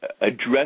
address